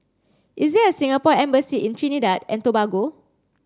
is there a Singapore embassy in Trinidad and Tobago